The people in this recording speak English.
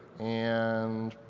and